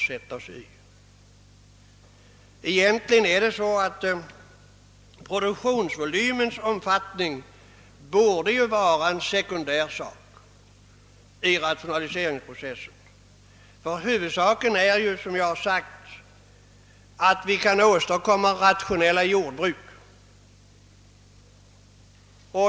Strängt taget borde produktionsvolymens omfattning vara en sekundär sak i rationaliseringsprocessen, ty huvudsaken är — som jag har nämnt — att vi kan åstadkomma rationella jordbruk.